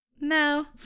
no